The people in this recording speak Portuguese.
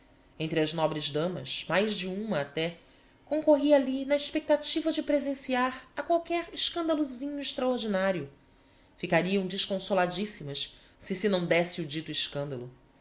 entre as nobres damas mais de uma até concorria ali na espectativa de presencear a qualquer escandalozinho extraordinario ficariam desconsoladissimas se se não désse o dito escandalo